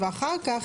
ואחר כך,